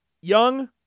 Young